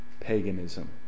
paganism